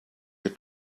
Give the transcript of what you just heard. your